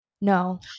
No